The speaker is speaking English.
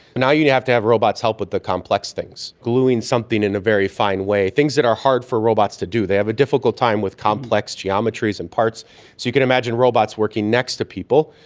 now you'd have to have robots help with the complex things, gluing something in a very fine way, things that are hard for robots to do. they have a difficult time with complex geometries and parts. so you could imagine robots working next to people,